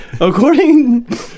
According